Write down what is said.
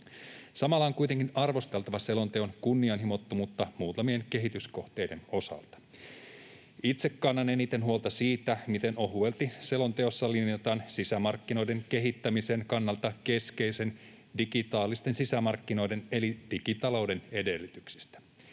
Samalla on kuitenkin arvosteltava selonteon kunnianhimottomuutta muutamien kehityskohteiden osalta. Itse kannan eniten huolta siitä, miten ohuelti selonteossa linjataan sisämarkkinoiden kehittämisen kannalta keskeisten digitaalisten sisämarkkinoiden eli digitalouden edellytyksistä.